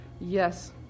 Yes